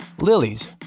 lilies